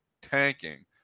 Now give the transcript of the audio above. tanking